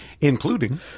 including